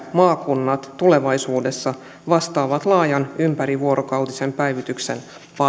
maakunnat tulevaisuudessa vastaavat laajan ympärivuorokautisen päivystyksen palveluista